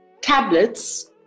tablets